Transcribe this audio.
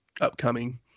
upcoming